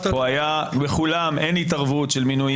בכולן אין התערבות במינויים.